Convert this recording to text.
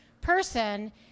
person